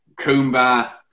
Kumba